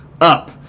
up